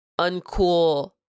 uncool